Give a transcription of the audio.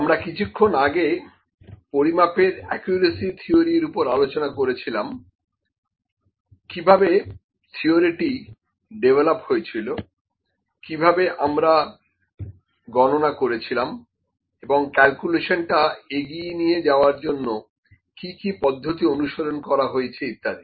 আমরা কিছুক্ষণ আগে পরিমাপের অ্যাকিউরেসি থিওরি এর উপরে আলোচনা করেছিলাম কিভাবে থিওরি টি ডেভেলপ হয়েছিল কিভাবে আমরা গণনা করেছিলাম এবং ক্যালকুলেশন টা এগিয়ে নিয়ে যাওয়ার জন্য কি কি পদ্ধতি অনুসরণ করা হয়েছে ইত্যাদি